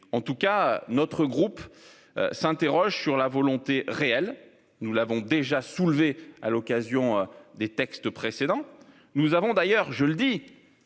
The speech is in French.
en tout cas notre groupe. S'interroge sur la volonté réelle, nous l'avons déjà soulevée à l'occasion des textes précédents. Nous avons d'ailleurs je le dis